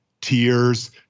tears